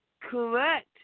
correct